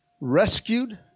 rescued